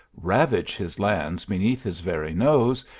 ravage his lands beneath his very nose,